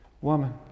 woman